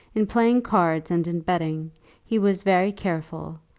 in playing cards and in betting he was very careful,